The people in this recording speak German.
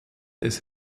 des